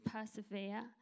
persevere